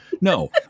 No